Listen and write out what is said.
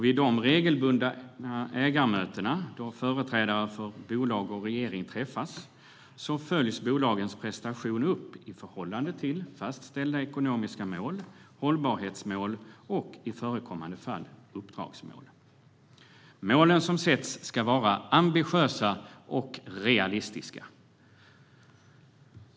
Vid de regelbundna ägarmötena, då företrädare för bolag och regering träffas, följs bolagens prestation upp i förhållande till fastställda ekonomiska mål, hållbarhetsmål och i förekommande fall uppdragsmål. Målen som sätts ska vara ambitiösa och realistiska.